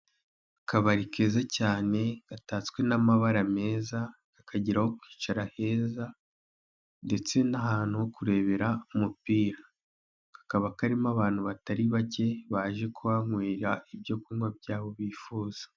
Akabari keza cyane gatatswe n'amabara meza, kakagira aho kwicara heza ndetse n'ahantu ho kurebera umupira kakaba karimo abantu batari bake, baje kuhanywera ibyo kunywa cyabo bifuza.